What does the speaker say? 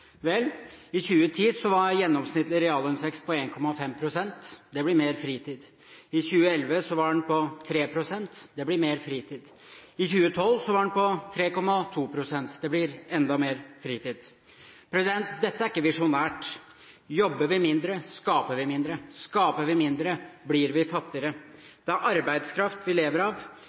Vel, i 2010 var gjennomsnittlig reallønnsvekst 1,5 pst. Det blir mer fritid. I 2011 var den 3 pst. Det blir mer fritid. I 2012 var den 3,2 pst. Det blir enda mer fritid. Dette er ikke visjonært. Jobber vi mindre, skaper vi mindre. Skaper vi mindre, blir vi fattigere. Det er arbeidskraft vi lever av.